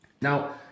Now